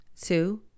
Two